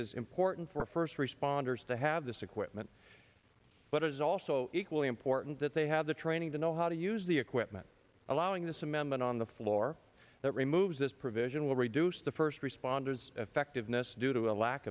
is important for first responders to have this equipment but it is also equally important that they have the training to know how to use the equip allowing this amendment on the floor that removes this provision will reduce the first responders effectiveness due to a lack